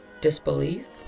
Disbelief